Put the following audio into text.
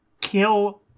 kill